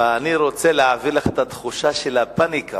אני רוצה להעביר לך את התחושה של הפניקה